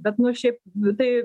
bet nu šiaip nu tai